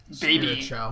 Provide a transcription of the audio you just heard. baby